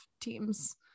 teams